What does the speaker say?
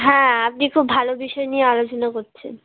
হ্যাঁ আপনি খুব ভালো বিষয় নিয়ে আলোচনা করছেন